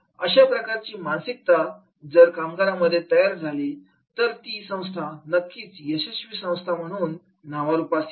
अशा प्रकारची मानसिकता जर कामगारांमध्ये तयार झाली तर ती संस्था नक्कीच यशस्वी संस्था म्हणून नावारूपास येईल